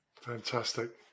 Fantastic